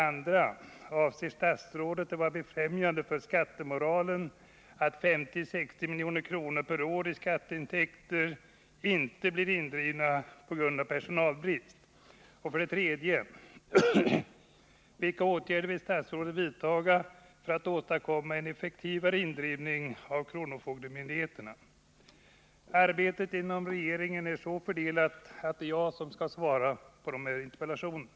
Anser statsrådet det vara befrämjande för skattemoralen att 50-60 milj.kr. per år i skatteintäkter inte blir indrivna på grund av personalbristen? Arbetet inom regeringen är så fördelat att det är jag som skall svara på Nr 41 interpellationen.